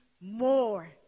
more